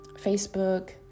Facebook